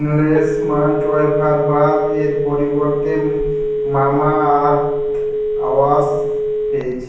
less Munch wafer bar এর পরিবর্তে Mamaearth wash পেয়েছি